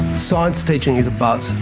science teaching is a buzz.